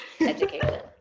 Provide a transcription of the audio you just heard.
education